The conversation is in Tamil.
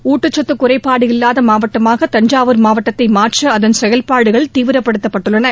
ஊட்டச்சத்து குறைபாடு இல்லாத மாவட்டமாக தஞ்சாவூர் மாவட்டத்தை மாற்ற அதன் செயல்பாடுகள் தீவிரப்படுத்தப்பட்டுள்ளன